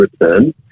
return